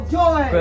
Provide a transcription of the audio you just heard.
joy